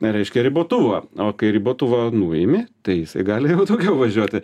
reiškia ribotuvą o kai ribotuvą nuimi tai jisai gali jau daugiau važiuoti